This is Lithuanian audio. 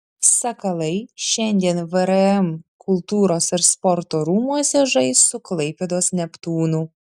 sakalai šiandien vrm kultūros ir sporto rūmuose žais su klaipėdos neptūnu